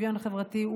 שוויון חברתי,